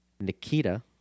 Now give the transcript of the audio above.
Nikita